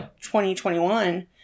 2021